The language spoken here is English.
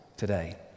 Today